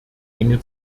enge